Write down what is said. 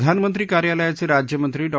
प्रधानमंत्री कार्यालयाचे राज्यमंत्री डॉ